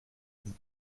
dit